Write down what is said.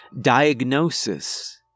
Diagnosis